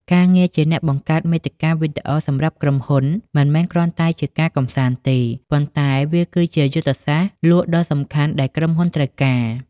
ការងារជាអ្នកបង្កើតមាតិកាវីដេអូសម្រាប់ក្រុមហ៊ុន មិនមែនគ្រាន់តែជាការកម្សាន្តទេ ប៉ុន្តែវាគឺជាយុទ្ធសាស្ត្រលក់ដ៏សំខាន់ដែលក្រុមហ៊ុនត្រូវការ។